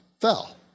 fell